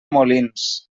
molins